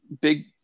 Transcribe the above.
big